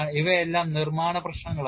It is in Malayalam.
ഇവയെല്ലാം നിർമ്മാണ പ്രശ്നങ്ങളാണ്